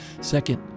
Second